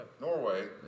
Norway